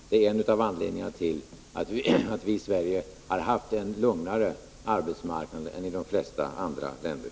Det är en iö av anledningarna till att vi i Sverige haft en lugnare arbetsmarknad än i de flesta andra länder.